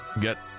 Get